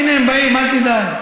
הינה, הם באים, אל תדאג.